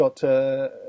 got